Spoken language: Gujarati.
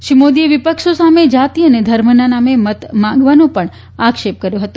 શ્રી મોદીએ વિપક્ષો સામે જાતિ અને ધર્મના નામે મત માંગવાનો પણ આક્ષેપ કર્યો હતો